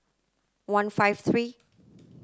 one five three